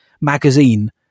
magazine